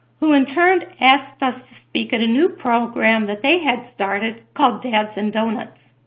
who in turn asked us to speak at a new program that they had started, called dads and donuts.